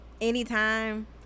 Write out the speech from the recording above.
Anytime